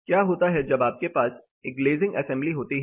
क्या होता है जब आपके पास एक ग्लेज़िंग असेंबली होती है